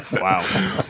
Wow